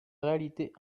réalité